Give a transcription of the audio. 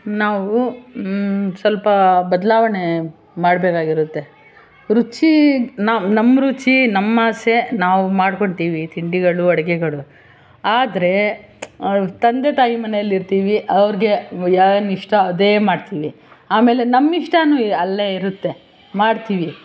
ನಾವು ಸ್ವಲ್ಪ ಬದಲಾವಣೆ ಮಾಡಬೇಕಾಗಿರುತ್ತೆ ರುಚಿ ನಮ್ಮ ನಮ್ಮ ರುಚಿ ನಮ್ಮ ಆಸೆ ನಾವು ಮಾಡ್ಕೊತೀವಿ ತಿಂಡಿಗಳು ಅಡಿಗೆಗಳು ಆದರೆ ತಂದೆ ತಾಯಿ ಮನೆಯಲ್ಲಿರ್ತೀವಿ ಅವ್ರಿಗೆ ಏನ್ ಇಷ್ಟ ಅದೇ ಮಾಡ್ತೀವಿ ಆಮೇಲೆ ನಮ್ಮ ಇಷ್ಟಾನು ಅಲ್ಲೇ ಇರುತ್ತೆ ಮಾಡ್ತೀವಿ